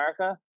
America